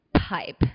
pipe